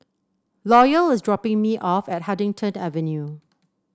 Loyal is dropping me off at Huddington Avenue